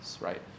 right